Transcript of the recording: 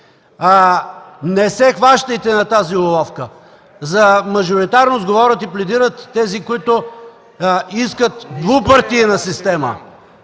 Не се хващайте на тази уловка – за мажоритарност говорят и пледират тези, които искат двупартийна система.